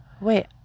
Wait